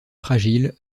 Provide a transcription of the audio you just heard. fragile